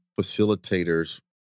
facilitators